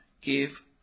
give